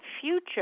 future